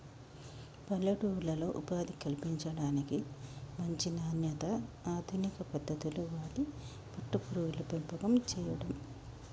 పల్లెటూర్లలో ఉపాధి కల్పించడానికి, మంచి నాణ్యత, అధునిక పద్దతులు వాడి పట్టు పురుగుల పెంపకం చేయడం